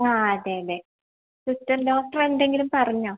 ആ അതേല്ലേ sister doctor എന്തെങ്കിലും പറഞ്ഞോ